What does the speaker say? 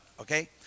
okay